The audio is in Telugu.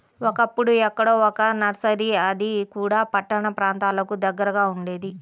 ఒకప్పుడు ఎక్కడో ఒక్క నర్సరీ అది కూడా పట్టణ ప్రాంతాలకు దగ్గరగా ఉండేది